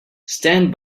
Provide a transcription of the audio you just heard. stand